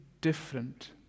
different